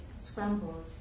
scrambled